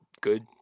good